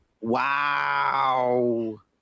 Wow